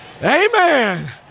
Amen